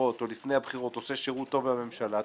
הבחירות או לפני הבחירות עושה שירות טוב לממשלה טועה.